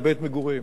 לבית מגורים.